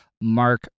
Mark